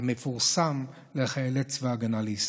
המפורסם לחיילי צבא ההגנה לישראל.